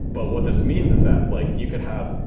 but what this means is that like you could have,